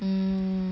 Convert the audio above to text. mm